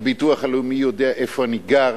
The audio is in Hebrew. הביטוח הלאומי יודע איפה אני גר,